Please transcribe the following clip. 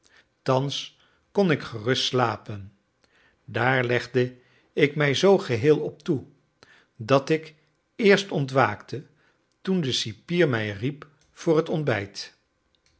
thans kon ik gerust slapen daar legde ik mij zoo geheel op toe dat ik eerst ontwaakte toen de cipier mij riep voor het ontbijt